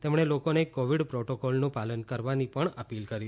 તેમણે લોકોને કોવિડ પ્રોટોકોલનું પાલન કરવાની અપીલ કરી છે